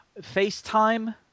FaceTime